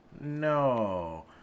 No